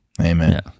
Amen